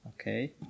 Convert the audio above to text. Okay